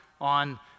on